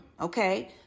Okay